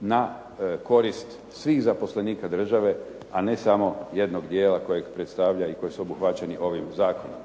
na korist svih zaposlenika države a ne samo jednog dijela kojeg predstavlja i koji su obuhvaćeni ovim zakonom.